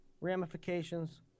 ramifications